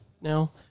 now